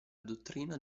dottrina